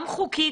גם חוקית,